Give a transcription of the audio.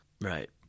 Right